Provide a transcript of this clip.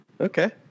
Okay